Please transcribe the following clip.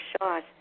shot